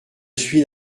suis